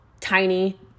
tiny